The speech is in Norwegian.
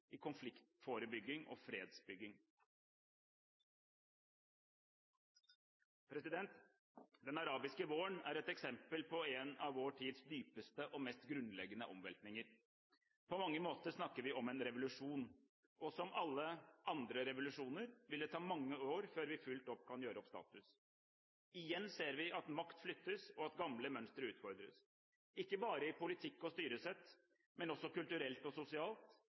i konfliktforebygging og fredsbygging. Den arabiske våren er et eksempel på en av vår tids dypeste og mest grunnleggende omveltninger. På mange måter snakker vi om en revolusjon. Som for alle andre revolusjoner vil det ta mange år før vi fullt ut kan gjøre opp status. Igjen ser vi at makt flyttes, og at gamle mønstre utfordres – ikke bare i politikk og styresett, men også kulturelt og sosialt,